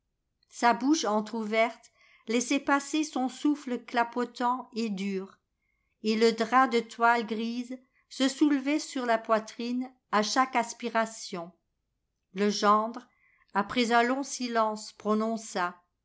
sa bouche entr'ouverte laissait passer son souffle clapotant et dur et le drap de toile grise se soulevait sur la poitrine à chaque aspiration le gendre après un long silence prononça